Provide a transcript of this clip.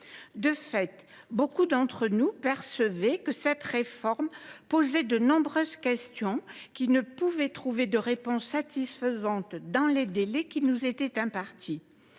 De fait, beaucoup d’entre nous percevaient que cette réforme posait de nombreuses questions, qui ne pouvaient trouver de réponse satisfaisante dans les délais qui nous étaient impartis.